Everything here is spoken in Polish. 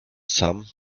sam